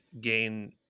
gain